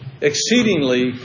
Exceedingly